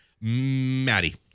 Maddie